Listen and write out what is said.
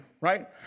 right